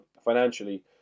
financially